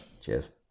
Cheers